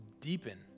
deepen